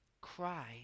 Cry